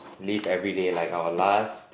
live everyday like our last